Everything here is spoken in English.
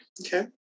Okay